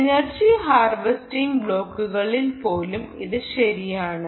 energy harvesting ബ്ലോക്കുകളിൽ പോലും ഇത് ശരിയാണ്